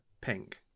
pink